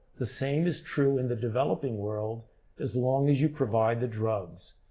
the same is true in the developing world as long as you provide the drugs.